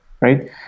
right